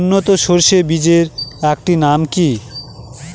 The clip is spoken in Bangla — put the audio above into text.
উন্নত সরষে বীজের একটি নাম কি?